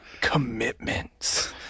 commitments